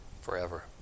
forever